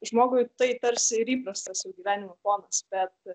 žmogui tai tarsi ir įprastas jų gyvenimo fonas bet